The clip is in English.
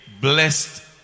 blessed